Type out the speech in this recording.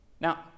Now